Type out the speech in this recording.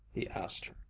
he asked her.